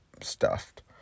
stuffed